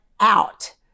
out